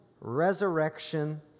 resurrection